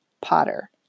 Potter